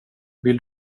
vill